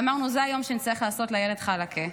ואמרנו שזה היום שנצטרך לעשות לילד חלאקה.